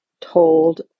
told